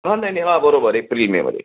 हा नाही नाही हा बरोबर एप्रिल मेमध्ये